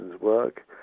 work